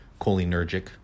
cholinergic